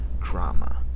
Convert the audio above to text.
drama